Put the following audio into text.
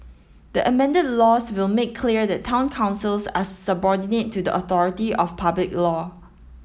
the amended laws will make clear that town councils are subordinate to the authority of public law